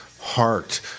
heart